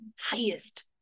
highest